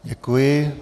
Děkuji.